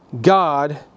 God